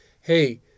hey